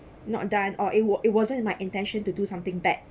not done or it wa~ it wasn't my intention to do something bad